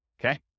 okay